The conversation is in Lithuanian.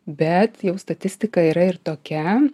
bet jau statistika yra ir tokia